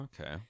Okay